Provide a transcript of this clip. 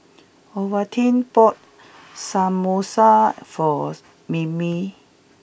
Olivine bought Samosa for Mimi